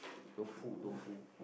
tofu tofu